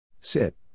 Sit